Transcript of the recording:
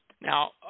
Now